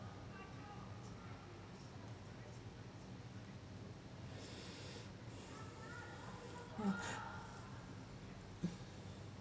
mm